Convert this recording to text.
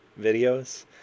videos